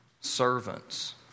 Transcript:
servants